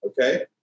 Okay